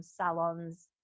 salons